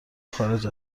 خارج